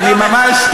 אני ממש,